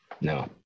no